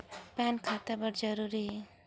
Pan खाता बर जरूरी हे?